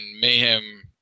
Mayhem